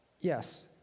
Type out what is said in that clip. Yes